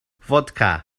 fodca